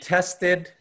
Tested